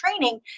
training